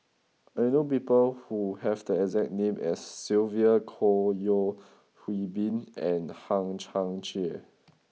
I know people who have the exact name as Sylvia Kho Yeo Hwee Bin and Hang Chang Chieh